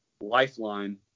lifeline